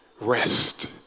rest